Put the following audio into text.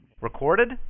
Recorded